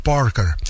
Parker